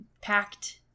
packed